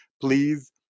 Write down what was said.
please